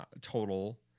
total